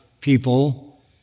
people